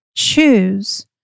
Choose